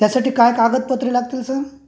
त्यासाठी काय कागदपत्रे लागतील सर